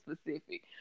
specific